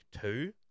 two